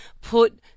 put